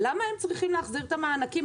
למה הם צריכים להחזיר את המענקים?